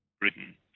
Britain